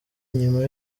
inyuma